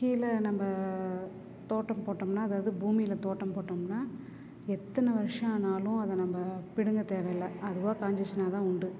கீழே நம்ம தோட்டம் போட்டோம்னால் அதாவது பூமியில தோட்டம் போட்டோம்னால் எத்தனை வருஷம் ஆனாலும் அதை நம்ம பிடுங்க தேவையில்லை அதுவாக காஞ்சிச்சின்னால் தான் உண்டு